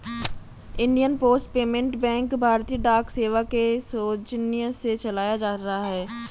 Indian post payment bank भारतीय डाक सेवा के सौजन्य से चलाया जा रहा है